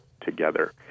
together